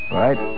right